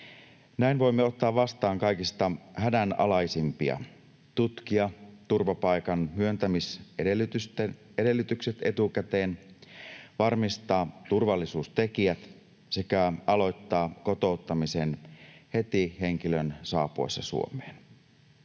Näin voimme ottaa vastaan kaikista hädänalaisimpia, tutkia turvapaikan myöntämisedellytykset etukäteen, varmistaa turvallisuustekijät sekä aloittaa kotouttamisen heti henkilön saapuessa Suomeen.